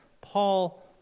Paul